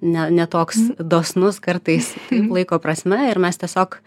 ne ne toks dosnus kartais taip laiko prasme ir mes tiesiog